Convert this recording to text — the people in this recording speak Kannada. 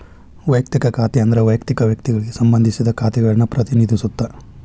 ವಯಕ್ತಿಕ ಖಾತೆ ಅಂದ್ರ ವಯಕ್ತಿಕ ವ್ಯಕ್ತಿಗಳಿಗೆ ಸಂಬಂಧಿಸಿದ ಖಾತೆಗಳನ್ನ ಪ್ರತಿನಿಧಿಸುತ್ತ